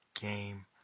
game